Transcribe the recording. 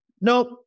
Nope